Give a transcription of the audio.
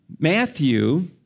Matthew